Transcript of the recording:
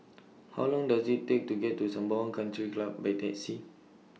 How Long Does IT Take to get to Sembawang Country Club By Taxi